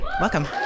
Welcome